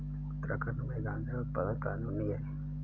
उत्तराखंड में गांजा उत्पादन कानूनी है